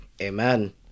Amen